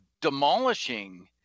demolishing